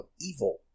evil